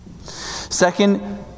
Second